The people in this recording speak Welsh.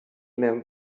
mewn